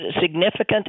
significant